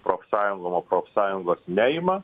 profsąjungom o profsąjungos neima